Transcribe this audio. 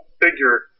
figure